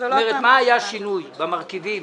מה היה השינוי במרכיבים